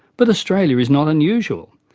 but australia is not unusual.